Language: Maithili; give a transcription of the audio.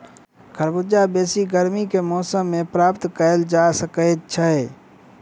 खरबूजा बेसी गर्मी के मौसम मे प्राप्त कयल जा सकैत छै